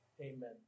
Amen